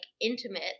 intimate